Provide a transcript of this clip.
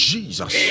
Jesus